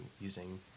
using